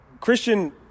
Christian